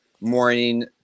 morning